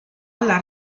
alla